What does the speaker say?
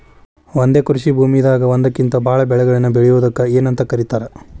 ಒಂದೇ ಕೃಷಿ ಭೂಮಿದಾಗ ಒಂದಕ್ಕಿಂತ ಭಾಳ ಬೆಳೆಗಳನ್ನ ಬೆಳೆಯುವುದಕ್ಕ ಏನಂತ ಕರಿತಾರೇ?